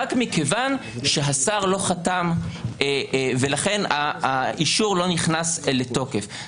רק מכיוון שהשר לא חתם ולכן האישור לא נכנס לתוקף.